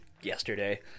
yesterday